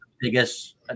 Biggest